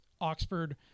Oxford